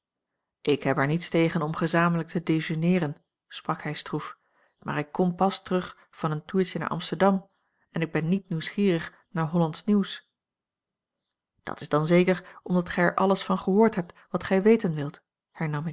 ik heb er niets tegen om gezamenlijk te dejeuneeren sprak hij stroef maar ik kom pas terug van een toertje naar amsterdam en ik ben niet nieuwsgierig naar hollandsch nieuws dat is dan zeker omdat gij er alles van gehoord hebt wat gij weten wilt